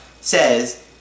says